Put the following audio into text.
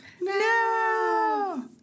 No